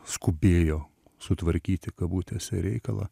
skubėjo sutvarkyti kabutėse reikalą